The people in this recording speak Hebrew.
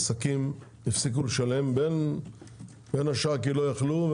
עסקים הפסיקו לשלם ואין אשראי כי לא יכלו,